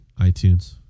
iTunes